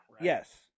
Yes